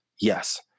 yes